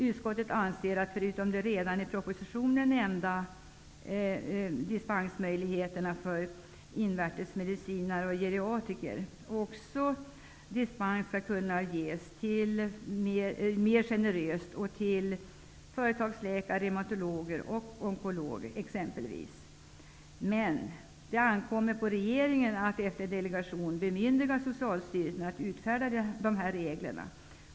Utskottsmajoriteten anser att dispens skall kunna ges mer generöst -- förutom för de i propositionen nämnda kategorierna invärtesmedicinare och geriatriker också för t.ex. företagsläkare, reumatologer och onkologer. Det ankommer på regeringen att efter delegation bemyndiga Socialstyrelsen att utfärda dessa regler.